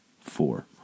four